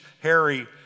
Harry